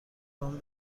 وام